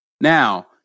now